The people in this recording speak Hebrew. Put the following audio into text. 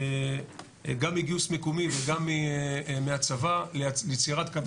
גם מגיוס מקומי וגם מהצבא ליצירת קווי חיץ.